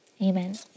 amen